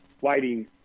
waiting